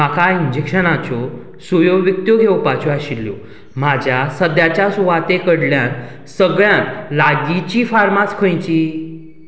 म्हाका इंजेक्शनाच्यो सुयो विकत्यो घेवपाच्यो आशिल्ल्यो म्हज्या सद्याच्या सुवाते कडल्यान सगळ्यांत लागींची फार्मास खंयची